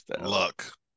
Luck